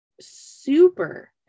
super